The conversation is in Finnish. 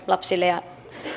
lapsille ja